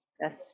yes